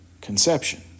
Conception